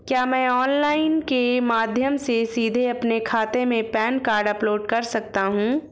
क्या मैं ऑनलाइन के माध्यम से सीधे अपने खाते में पैन कार्ड अपलोड कर सकता हूँ?